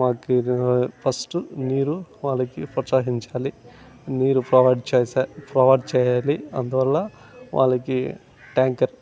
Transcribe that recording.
మాకు ఫస్ట్ నీరు వాళ్ళకి ప్రత్యేకించాలి నీరు ప్రొవైడ్ చేయాలి సార్ ప్రొవైడ్ చెయ్యాలి అందువల్ల వాళ్ళకి ట్యాంకర్